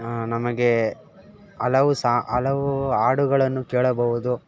ನಮಗೆ ಹಲವು ಸಾ ಹಲವು ಹಾಡುಗಳನ್ನು ಕೇಳಬಹುದು